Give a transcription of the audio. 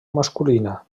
masculina